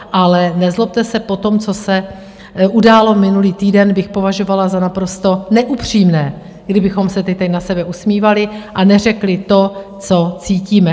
Ale nezlobte se, po tom, co se událo minulý týden, bych považovala za naprosto neupřímné, kdybychom se teď tady na sebe usmívali a neřekli to, co cítíme.